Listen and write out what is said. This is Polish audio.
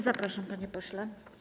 Zapraszam, panie pośle.